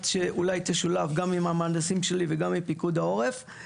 שאולי תשולב עם המהנדסים שלי וגם עם פיקוד העורף.